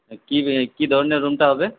কি কি ধরনের রুমটা হবে